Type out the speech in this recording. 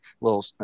little